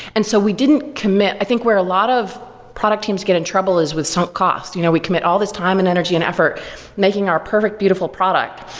and so we didn't commit. i think where a lot of product teams get in trouble is with sunk cost. you know we commit all this time and energy and effort making our perfect beautiful product.